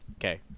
Okay